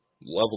level